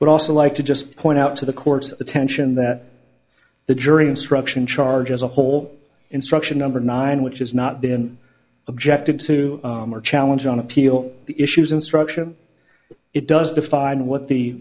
would also like to just point out to the court's attention that the jury instruction charges a whole instruction number nine which has not been objected to challenge on appeal the issues instruction it does define what the